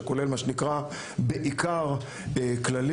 שכולל את מה שנקרא בעיקר כללים,